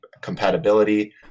Compatibility